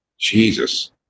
jesus